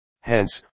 Hence